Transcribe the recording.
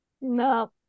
No